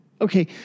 okay